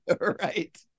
Right